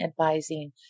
advising